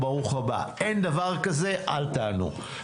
אין דבר כזה אל תענו.